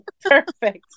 perfect